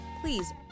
please